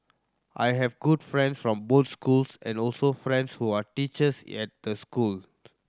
I have good friend from both schools and also friends who are teachers at the schools